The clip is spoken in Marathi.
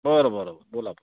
बरं बरं बोला